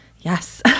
yes